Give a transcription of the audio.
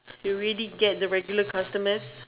you already get the regular customers